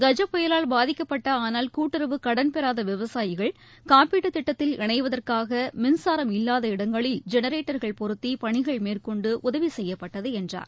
கஜ புயலால் பாதிக்கப்பட்ட ஆனால் கூட்டுறவு கடன் பெறாத விவசாயிகள் காப்பீட்டுத் திட்டத்தில் இணைவதற்காக மின்சாரம் இல்வாத இடங்களில் ஜெனரேட்டர்கள் பொருத்தி பணிகள் மேற்கொண்டு உதவி செய்யப்பட்டது என்றார்